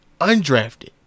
undrafted